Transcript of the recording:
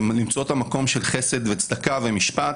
למצוא את המקום של חסד וצדקה ומשפט.